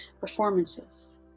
performances